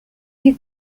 you